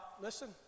listen